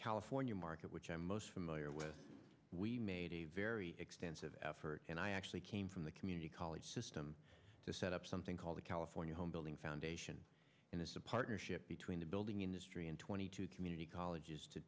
california market which i'm most familiar with we made a very extensive effort and i actually came from the community college system to set up something called the california homebuilding foundation and this a partnership between the building industry and twenty two community colleges to